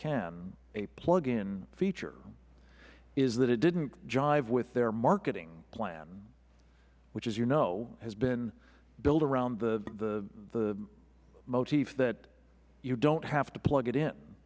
a plug in feature is that it didn't jive with their marketing plan which as you know has been built around the motif that you don't have to plug it in